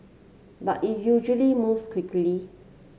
but it usually moves quickly